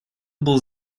был